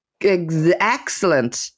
excellent